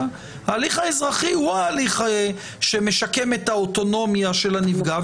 אלא ההליך האזרחי הוא ההליך שמשקם את האוטונומיה של הנפגע.